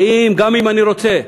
וגם אם אני רוצה,